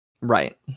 Right